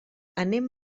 anem